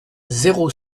zéro